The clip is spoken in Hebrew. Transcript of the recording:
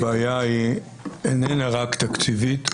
הבעיה היא איננה רק תקציבית,